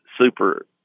super